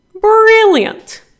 Brilliant